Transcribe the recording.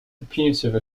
punitive